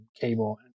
cable